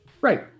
right